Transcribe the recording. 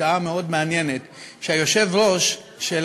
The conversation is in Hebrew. הפתעה מאוד מעניינת: שהיושב-ראש של